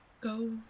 Go